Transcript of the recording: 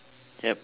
yup